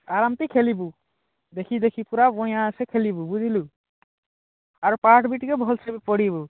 ଆରମସେ ଖେଲିବୁ ଦେଖି ଦେଖି ପୂରା ଖେଳିବୁ ବୁଝିଲୁ ଆଉ ପାଠ୍ ବି ଭଲ୍ସେ ବି ପଢ଼ିବୁ